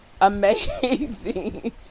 amazing